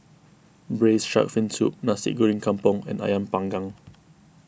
Braised Shark Fin Soup Nasi Goreng Kampung and Ayam Panggang